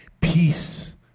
peace